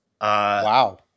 Wow